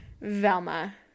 Velma